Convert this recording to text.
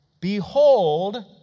Behold